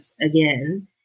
again